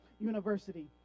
University